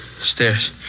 stairs